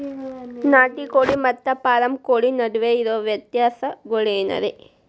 ನಾಟಿ ಕೋಳಿ ಮತ್ತ ಫಾರಂ ಕೋಳಿ ನಡುವೆ ಇರೋ ವ್ಯತ್ಯಾಸಗಳೇನರೇ?